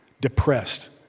depressed